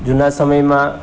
જૂના સમયમાં